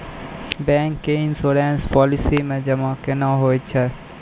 Bank के insurance policy मे जमा केना होय छै?